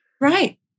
Right